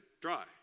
dry